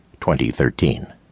2013